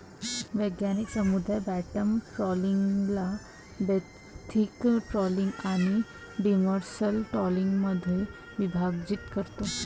वैज्ञानिक समुदाय बॉटम ट्रॉलिंगला बेंथिक ट्रॉलिंग आणि डिमर्सल ट्रॉलिंगमध्ये विभाजित करतो